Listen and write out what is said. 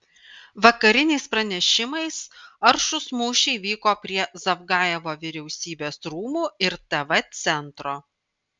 vakariniais pranešimais aršūs mūšiai vyko prie zavgajevo vyriausybės rūmų ir tv centro